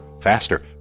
faster